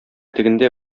тегендә